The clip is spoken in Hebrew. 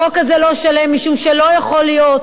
החוק הזה לא שלם משום שלא יכול להיות